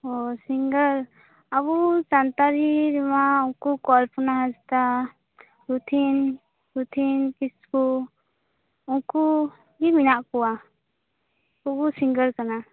ᱚᱻ ᱥᱤᱝᱜᱟᱨ ᱟᱵᱚ ᱥᱟᱱᱛᱟᱲᱤ ᱨᱮᱢᱟ ᱩᱱᱠᱩ ᱠᱚᱞᱯᱚᱱᱟ ᱦᱟᱸᱥᱫᱟ ᱨᱚᱛᱷᱤᱱ ᱨᱚᱛᱷᱤᱱ ᱠᱤᱥᱠᱩ ᱩᱱᱠᱩ ᱜᱮ ᱢᱮᱱᱟᱜ ᱠᱚᱣᱟ ᱩᱱᱠᱩᱜᱮ ᱥᱤᱝᱜᱟᱨ ᱠᱟᱱᱟ